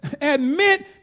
Admit